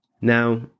Now